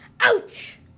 Ouch